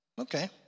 okay